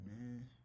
man